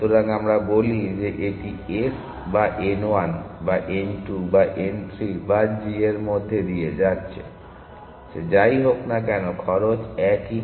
সুতরাং আমরা বলি যে এটি s বা n 1 বা n 2 বা n 3 বা g এর মধ্য দিয়ে যাচ্ছে সে যাই হোক না কেন খরচ একই